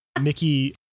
Mickey